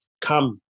Come